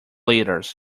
leaders